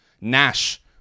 Nash